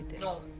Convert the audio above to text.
No